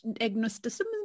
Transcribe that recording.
agnosticism